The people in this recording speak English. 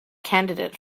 candidate